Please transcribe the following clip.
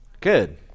Good